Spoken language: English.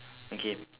okay